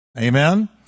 Amen